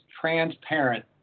transparent